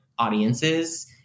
audiences